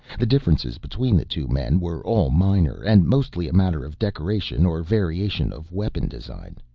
the differences between the two men were all minor, and mostly a matter of decoration or variation of weapon design.